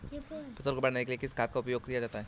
फसल को बढ़ाने के लिए किस खाद का प्रयोग किया जाता है?